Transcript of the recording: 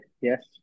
yes